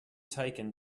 taken